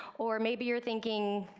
or maybe you're thinking,